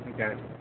Okay